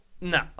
no